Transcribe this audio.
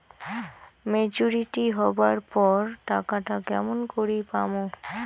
Maturity হবার পর টাকাটা কেমন করি পামু?